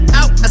out